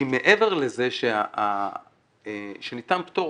כי מעבר לזה שניתן פטור,